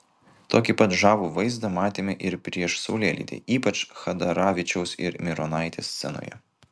tokį pat žavų vaizdą matėme ir prieš saulėlydį ypač chadaravičiaus ir mironaitės scenoje